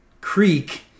Creek